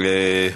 תודה רבה, אדוני.